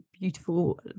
beautiful